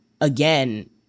again